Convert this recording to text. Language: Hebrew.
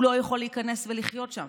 הוא לא יכול להיכנס ולחיות שם,